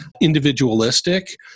individualistic